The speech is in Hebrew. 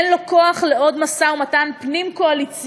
אין לו כוח לעוד משא-ומתן פנים-קואליציוני